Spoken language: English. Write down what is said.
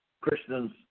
Christians